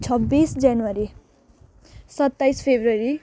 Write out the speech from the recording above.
छब्बिस जनवरी सत्ताइस फेब्रुअरी